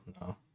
no